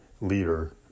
leader